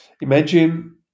imagine